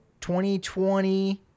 2020